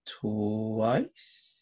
twice